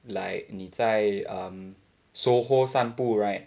来你在 um soho 散步 right